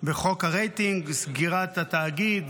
בחוק הרייטינג וסגירת התאגיד,